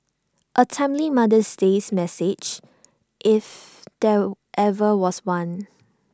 A timely mother's days message if there ever was one